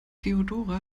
feodora